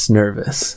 nervous